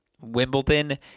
Wimbledon